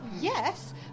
yes